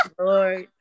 Lord